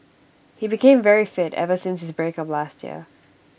he became very fit ever since his breakup last year